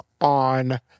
on